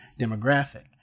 demographic